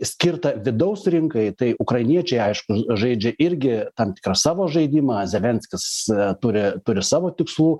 skirta vidaus rinkai tai ukrainiečiai aišku žaidžia irgi tam tikrą savo žaidimą zelenskis turi turi savo tikslų